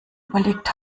überlegt